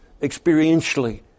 experientially